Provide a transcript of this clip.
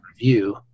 review